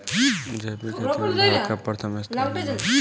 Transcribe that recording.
जैविक खेती में भारत का प्रथम स्थान बा